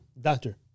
doctor